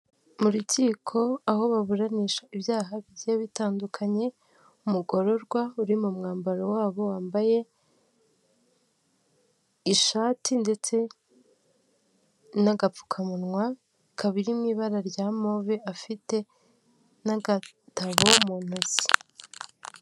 Mu Rukiko, aho baburanisha ibyaha bigiye bitandukanye, umugororwa uri mu mwambaro wabo wambaye ishati ndetse n'agapfukamunwa kari mu ibara rya move, afite n'agatabo mu ntoki.